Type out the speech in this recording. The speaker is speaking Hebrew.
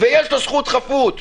ויש לו זכות חפות.